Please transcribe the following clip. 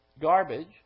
garbage